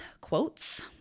quotes